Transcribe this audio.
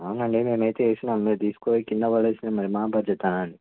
అవును అండి మేము అయితే వేసాము మీరు తీసుకుపోయి క్రింద పడేస్తే మరి మా బాధ్యతనా అండి